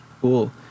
Cool